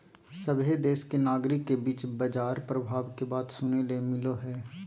सभहे देश के नागरिक के बीच बाजार प्रभाव के बात सुने ले मिलो हय